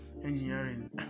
engineering